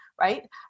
right